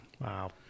Wow